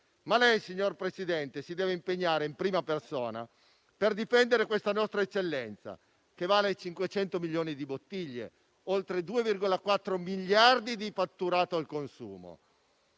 Ma lei, signor presidente Draghi, si deve impegnare in prima persona per difendere questa nostra eccellenza che vale 500 milioni di bottiglie e oltre 2,4 miliardi di fatturato al consumo.